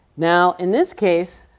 now in this case,